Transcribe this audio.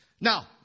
Now